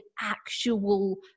actual